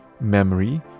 memory